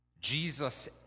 Jesus